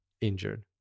injured